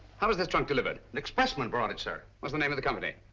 how was this trunk delivered? an express man brought it, sir. what's the name of the company?